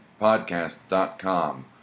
podcast.com